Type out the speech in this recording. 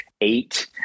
eight